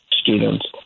students